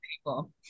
people